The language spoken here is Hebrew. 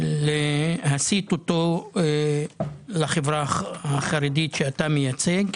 להסיט אותו לחברה החרדית שאתה מייצג?